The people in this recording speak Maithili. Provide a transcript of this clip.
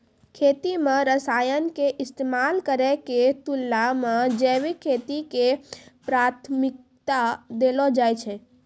खेती मे रसायन के इस्तेमाल करै के तुलना मे जैविक खेती के प्राथमिकता देलो जाय छै